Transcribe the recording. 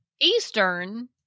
Eastern